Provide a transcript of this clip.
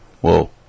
Whoa